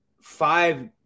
five